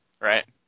Right